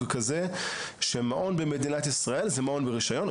כזה שמעון במדינת ישראל זה מעון ברישיון.